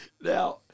now